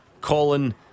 Colin